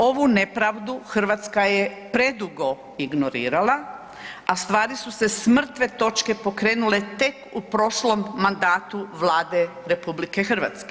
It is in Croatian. Ovu nepravdu Hrvatska je predugo ignorirala, a stvari su se s mrtve točke pokrenule tek u prošlom mandatu Vlade RH.